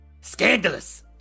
scandalous